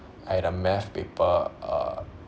I had a math paper uh